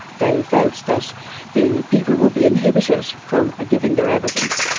they felt that the people would be inhibited from ah giving their evidence,